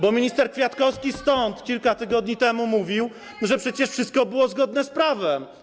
Bo minister Kwiatkowski stąd kilka tygodni temu mówił, że przecież wszystko było zgodne z prawem.